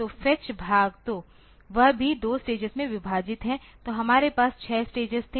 तो फेच भाग तो वह भी 2 स्टेजेस में विभाजित है तो हमारे पास 6 स्टेजेस थे